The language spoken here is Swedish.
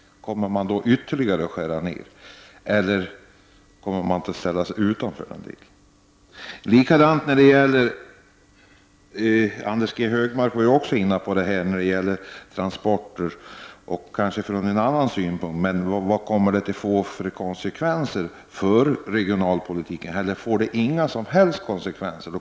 Kommer man då att skära ner ytterligare, eller kommer man att ställas utanför en del? Jag vill också ta upp transporter — Anders G Högmark var inne på det, dock kanske ur en annan synvinkel. Vad kommer det att få för konsekvenser för regionalpolitiken, eller får det inga som helst konsekvenser?